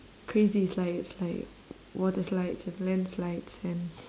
crazy slides like water slides and land slides and